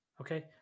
Okay